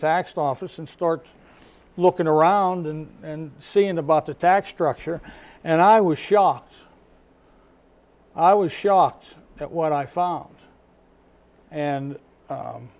tax office and start looking around and seeing about the tax structure and i was shocked i was shocked at what i found and